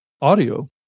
audio